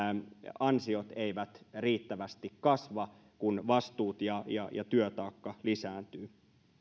ansiot eivät riittävästi kasva kun vastuut ja ja työtaakka lisääntyvät